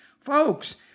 Folks